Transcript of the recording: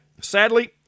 Sadly